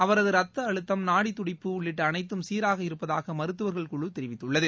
அவரது ரத்த அழுத்தம் நாடி துடிப்பு உள்ளிட்ட அனைத்தும் சீராக இருப்பதாக மருத்துவர்கள் குழு தெரிவித்துள்ளது